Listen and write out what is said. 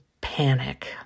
panic